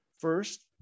First